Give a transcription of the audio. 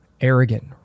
arrogant